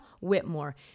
Whitmore